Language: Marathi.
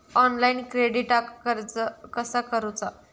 ऑनलाइन क्रेडिटाक अर्ज कसा करुचा?